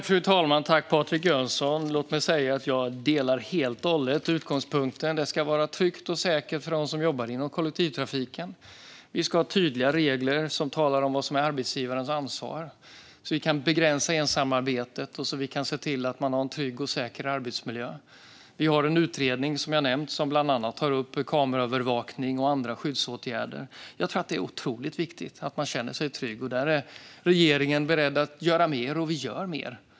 Fru talman! Jag delar helt och hållet utgångspunkten. Det ska vara tryggt och säkert för dem som jobbar inom kollektivtrafiken. Vi ska ha tydliga regler som talar om vad arbetsgivarens ansvar är så att vi kan begränsa ensamarbetet och se till att man har en trygg och säker arbetsmiljö. Som jag nämnde har vi en utredning som bland annat tar upp kameraövervakning och andra skyddsåtgärder. Jag tror att det är otroligt viktigt att man känner sig trygg. Regeringen är beredd att göra mer, och vi gör mer.